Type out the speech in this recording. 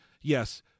Yes